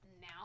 Now